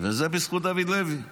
וזה בזכות דוד לוי.